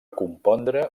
compondre